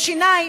שיניים,